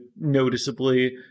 noticeably